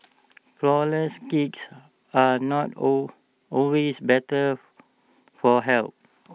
Flourless Cakes are not all always better for health